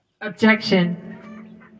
objection